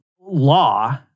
law